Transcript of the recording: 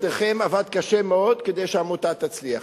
עבדכם עבד קשה מאוד כדי שהעמותה תצליח.